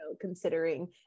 considering